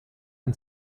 can